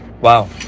Wow